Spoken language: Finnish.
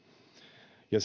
ja